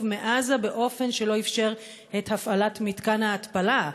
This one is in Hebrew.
מעזה באופן שלא אפשר את הפעלת מתקן ההתפלה,